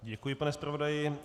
Děkuji, pane zpravodaji.